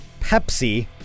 Pepsi